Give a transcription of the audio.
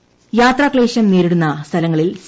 service യാത്രാക്ലേശം നേരിടുന്ന സ്ഥലങ്ങളിൽ സി